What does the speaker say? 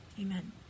amen